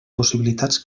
possibilitats